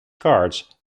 cards